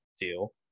deal